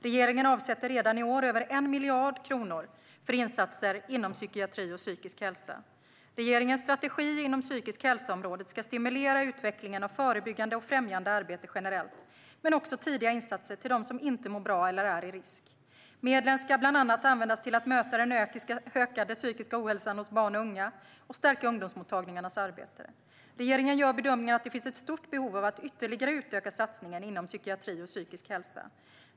Regeringen avsätter redan i år över 1 miljard kronor för insatser inom psykiatri och psykisk hälsa. Regeringens strategi inom området psykisk hälsa ska stimulera utvecklingen av förebyggande och främjande arbete generellt, men också tidiga insatser till dem som inte mår bra eller är i risk. Medlen ska bland annat användas till att möta den ökade psykiska ohälsan hos barn och unga och stärka ungdomsmottagningarnas arbete. Regeringen gör bedömningen att det finns ett stort behov av att ytterligare utöka satsningen inom psykiatri och psykisk hälsa.